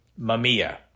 Mamiya